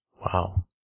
Wow